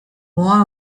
more